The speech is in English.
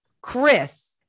Chris